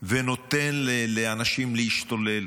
ונותן לאנשים להשתולל